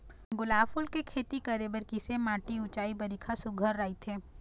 गुलाब फूल के खेती करे बर किसे माटी ऊंचाई बारिखा सुघ्घर राइथे?